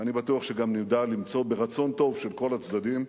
ואני בטוח שגם נדע למצוא, ברצון טוב של כל הצדדים,